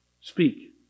Speak